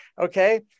okay